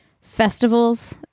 festivals